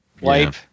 wipe